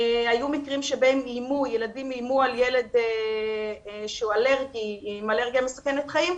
היו מקרים שבהם ילדים איימו על ילד עם אלרגיה מסכנת חיים,